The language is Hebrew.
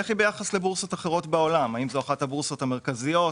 ביחס לבורסות אחרות בעולם האם זו אחת הבורסות המרכזיות,